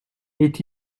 est